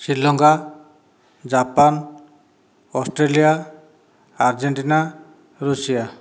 Sri Lanka Japan Australia Argentina Russia